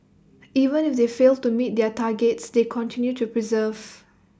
even if they failed to meet their targets they continue to persevere